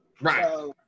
Right